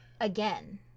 Again